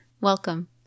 Welcome